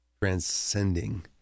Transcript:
transcending